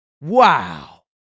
Wow